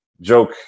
joke